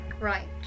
Right